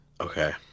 Okay